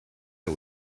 der